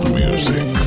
music